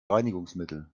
reinigungsmittel